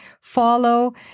follow